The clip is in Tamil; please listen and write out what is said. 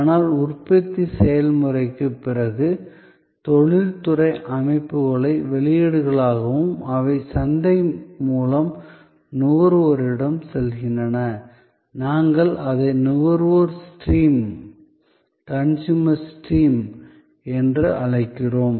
ஆனால் உற்பத்தி செயல்முறைக்குப் பிறகு தொழில்துறை அமைப்புகளை வெளியீடுகளாக அவை சந்தை மூலம் நுகர்வோரிடம் செல்கின்றன நாங்கள் அதை நுகர்வோர் ஸ்ட்ரீம் என்று அழைக்கிறோம்